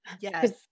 Yes